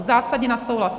Zásadně nesouhlasí.